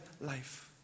life